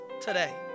today